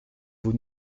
vos